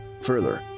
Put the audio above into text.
Further